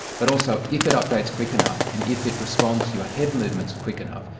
but also if it updates quick enough and if it responds to your head movements quick enough,